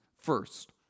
first